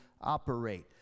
operate